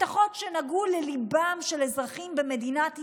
הבטחות שנגעו לליבם של אזרחים במדינת ישראל,